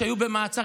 שהיו במעצר,